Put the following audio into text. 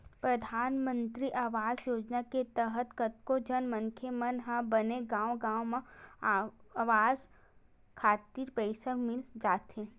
परधानमंतरी आवास योजना के तहत कतको झन मनखे मन ल बने गांव गांव म अवास खातिर पइसा मिल जाथे